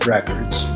Records